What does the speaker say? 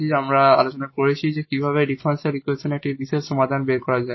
অথবা আমরা আলোচনা করছি কিভাবে ডিফারেনশিয়াল ইকুয়েশনের একটি পার্টিকুলার সমাধান বের করা যায়